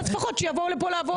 לפחות שיבואו לפה לעבוד.